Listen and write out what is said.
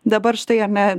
dabar štai ane